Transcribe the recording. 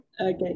Okay